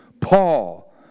Paul